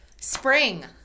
spring